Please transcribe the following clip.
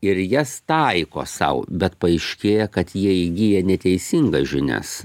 ir jas taiko sau bet paaiškėja kad jie įgyja neteisingas žinias